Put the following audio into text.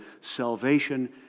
salvation